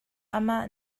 amah